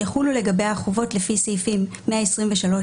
יחולו לגביה החובות לפי סעיפים 123א